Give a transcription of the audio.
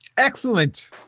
excellent